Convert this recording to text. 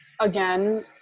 again